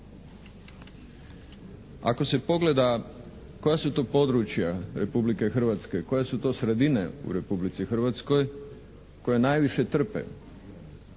Ako se pogleda koja su to područje Republike Hrvatske, koje su to sredine u Republici Hrvatskoj koje najviše trpe,